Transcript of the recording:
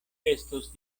estos